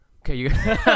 Okay